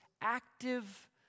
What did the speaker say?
active